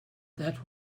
that